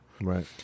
Right